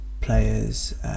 players